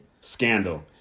Scandal